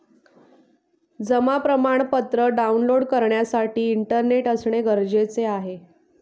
जमा प्रमाणपत्र डाऊनलोड करण्यासाठी इंटरनेट असणे गरजेचे आहे